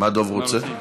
ועדת הפנים.